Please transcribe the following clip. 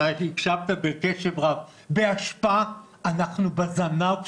תקצב את הנושא הזה